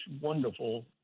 wonderful